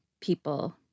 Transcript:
people